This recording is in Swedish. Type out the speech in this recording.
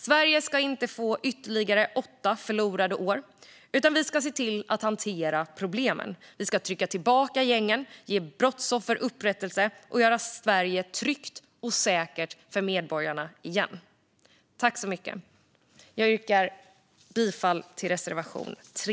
Sverige ska inte få ytterligare åtta förlorade år, utan vi ska se till att hantera problemen. Vi ska trycka tillbaka gängen, ge brottsoffer upprättelse och göra Sverige tryggt och säkert för medborgarna igen. Jag yrkar bifall till reservation 3.